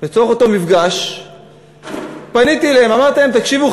בסוף אותו מפגש פניתי אליהם ואמרתי להם: תקשיבו,